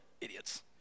idiots